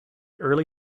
early